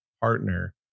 partner